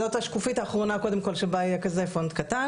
זאת השקופית האחרונה שבה היה כזה פונט קטן.